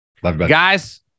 guys